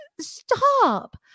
Stop